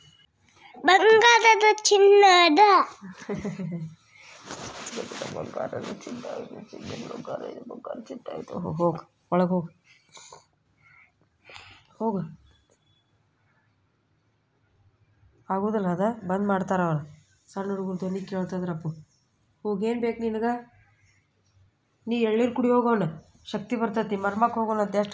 ನಮ್ಮ ಮೊಬೈಲಿನಾಗ ಇರುವ ಪೋನ್ ಪೇ ನಲ್ಲಿ ಬಂಗಾರದ ಒಡವೆ ಖರೇದಿ ಮಾಡಬಹುದೇನ್ರಿ?